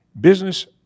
business